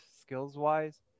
skills-wise